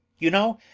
you know,